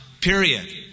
period